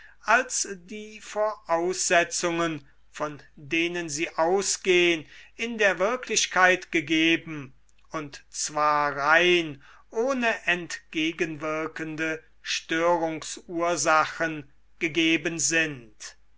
als die voraussetzungen von denen sie ausgehen in der wirklichkeit gegeben und zwar rein ohne entgegenwirkende störungsursachen gegeben sind